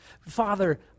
Father